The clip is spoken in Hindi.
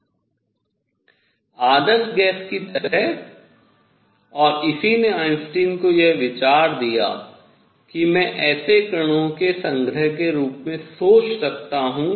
आदर्श गैस की तरह और इसी ने आइंस्टीन को यह विचार दिया कि मैं इसे ऐसे कणों के संग्रह के रूप में सोच सकता हूँ